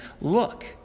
look